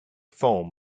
foam